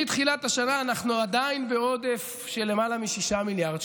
מתחילת השנה אנחנו עדיין בעודף של למעלה מ-6 מיליארד שקלים.